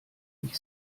ich